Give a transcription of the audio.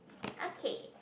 okay